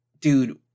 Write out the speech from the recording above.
dude